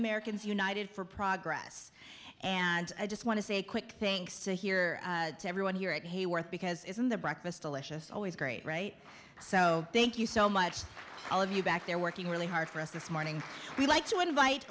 americans united for progress and i just want to say quick things to here to everyone here at hayworth because isn't the breakfast alicia always great right so thank you so much all of you back there working really hard for us this morning we'd like to invite